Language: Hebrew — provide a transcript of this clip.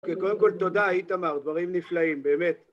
קודם כל, תודה, איתמר, דברים נפלאים, באמת.